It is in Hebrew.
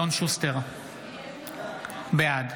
בעד